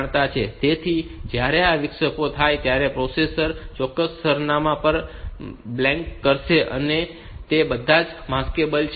તેથી જ્યારે આ વિક્ષેપો થાય ત્યારે પ્રોસેસર ચોક્કસ સરનામાં પર બ્લાન્ક કરશે અને તે બધા માસ્કેબલ છે